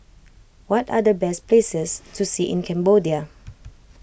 what are the best places to see in Cambodia